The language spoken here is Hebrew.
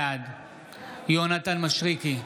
בעד יונתן מישרקי,